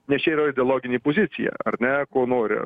nes čia yra ideologinė pozicija ar ne ko nori